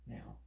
Now